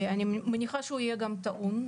אני מניחה שהוא יהיה גם טעון.